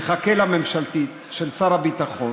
נחכה לממשלתית של שר הביטחון.